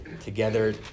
together